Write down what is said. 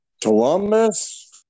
Columbus